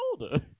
older